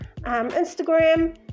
instagram